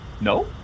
No